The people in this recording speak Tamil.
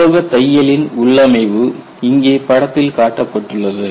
உலோகத் தையலின் உள்ளமைவு இங்கே படத்தில் காட்டப்பட்டுள்ளது